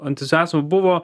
entuziazmo buvo